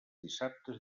dissabtes